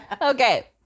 okay